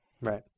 right